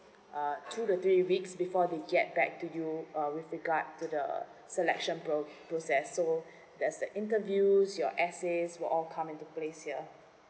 uh two to three weeks before they get back to you uh with regard to the selection pro~ process so there's the interviews your essays were all come into place here